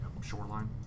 shoreline